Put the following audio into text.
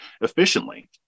efficiently